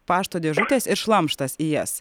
pašto dėžutės ir šlamštas į jas